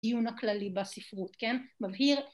עיון הכללי בספרות, כן מבהיר